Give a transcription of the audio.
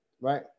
right